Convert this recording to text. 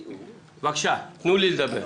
בבקשה, תנו לי לדבר.